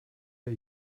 der